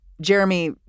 Jeremy